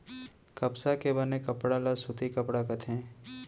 कपसा के बने कपड़ा ल सूती कपड़ा कथें